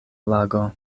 lago